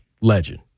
Legend